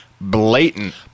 blatant